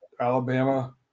Alabama